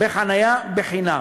חינם,